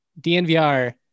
DNVR